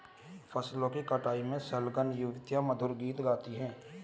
फसलों की कटाई में संलग्न युवतियाँ मधुर गीत गाती हैं